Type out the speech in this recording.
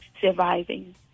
surviving